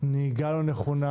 נהיגה לא נכונה,